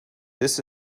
this